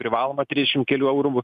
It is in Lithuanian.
privalomą trisdešim kelių eurų